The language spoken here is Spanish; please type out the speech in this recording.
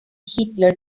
hitler